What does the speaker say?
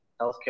healthcare